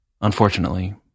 Unfortunately